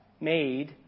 made